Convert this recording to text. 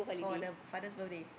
for the father's birthday